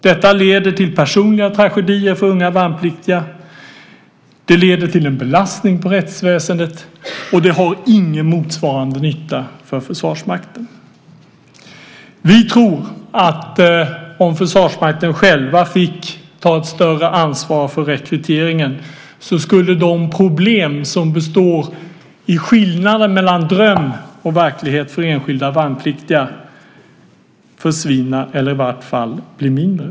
Det leder till personliga tragedier för unga värnpliktiga, till en belastning på rättsväsendet och har ingen motsvarande nytta för Försvarsmakten. Vi tror att om Försvarsmakten fick ta ett större ansvar för rekryteringen skulle de problem som för enskilda värnpliktiga består i skillnaden mellan dröm och verklighet försvinna eller i vart fall bli mindre.